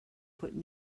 put